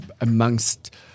amongst